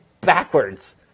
backwards